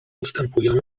ustępują